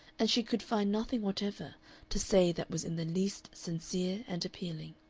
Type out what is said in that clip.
and she could find nothing whatever to say that was in the least sincere and appealing.